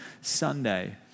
Sunday